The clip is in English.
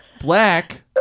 black